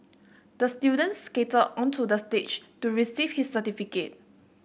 the student skated onto the stage to receive his certificate